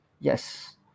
yes